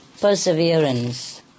perseverance